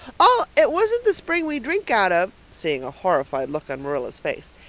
oh, it wasn't the spring we drink out of. seeing a horrified look on marilla's face.